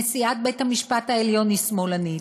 נשיאת בית-המשפט העליון, היא שמאלנית.